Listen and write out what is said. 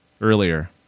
earlier